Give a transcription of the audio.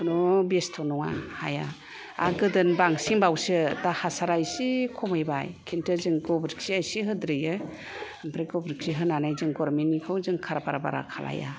खुनु बेस्थ' नङा हाया आर गोदोना बांसिन बावसो दा हासारा इसे खमायबाय किन्तु जों गोबोरखि एसे होदेरो ओमफ्राय गोबोरखि होनानै जों गभारमेन्ट निखौ जों खारबार खालाया